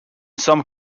some